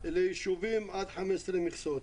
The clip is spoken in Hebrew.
ליישובים עד 15 מכסות.